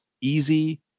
easy